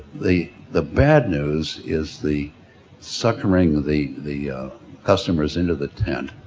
the, the bad news is the suckering the, the the customers into the tent